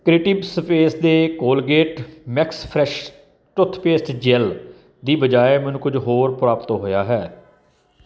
creative space ਦੇ Colgate Max Fresh toothpaste gel ਦੀ ਬਜਾਏ ਮੈਨੂੰ ਕੁਛ ਹੋਰ ਪ੍ਰਾਪਤ ਹੋਇਆ ਹੈ